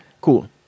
cool